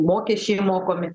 mokesčiai mokomi